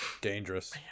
Dangerous